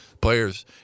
Players